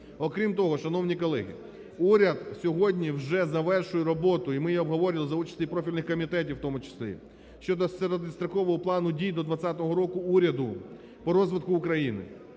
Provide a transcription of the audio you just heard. Окрім того, шановні колеги, уряд сьогодні вже завершує роботу, і ми її обговорювали за участі профільних комітетів у тому числі, щодо середньострокового плану дій до 20-го року уряду по розвитку України.